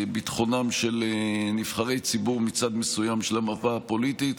ביטחונם של נבחרי ציבור מצד מסוים של המפה הפוליטית.